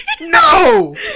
no